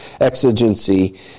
Exigency